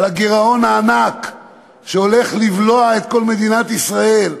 על הגירעון הענק שהולך לבלוע את כל מדינת ישראל.